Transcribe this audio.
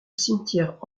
cimetière